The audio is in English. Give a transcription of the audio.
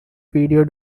video